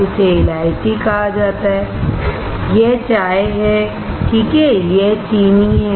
इसे इलायची कहा जाता है यह चाय है ठीक है यह चीनी है